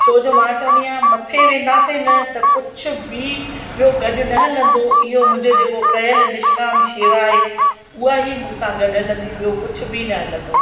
छोजो मां चवंदी आहियां मथे वेंदासीं न त कुझु बि ॿियो गॾ न हलंदो इहो मुंहिंजो जेको कयल निशकाम शेवा आहे उहा ई मूसां गॾ हलंदी ॿियो कुझु बि न हलंदो